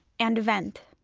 and event.